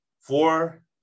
four